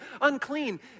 unclean